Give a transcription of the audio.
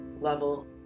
level